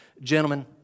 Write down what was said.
Gentlemen